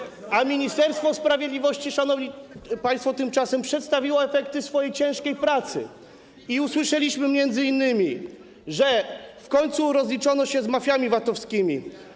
A tymczasem Ministerstwo Sprawiedliwości, szanowni państwo, przedstawiło efekty swojej ciężkiej pracy i usłyszeliśmy m.in., że w końcu rozliczono się z mafiami VAT-owskimi.